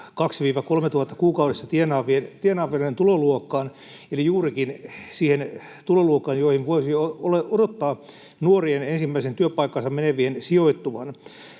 2 000—3 000 kuukaudessa tienaavien tuloluokkaan eli juurikin siihen tuloluokkaan, johon voisi odottaa ensimmäiseen työpaikkaansa menevien nuorten sijoittuvan.